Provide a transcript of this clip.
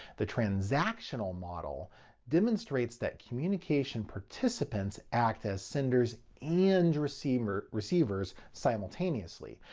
the transactional model demonstrates that communication participants act as senders and receivers receivers simultaneously,